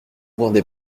rendez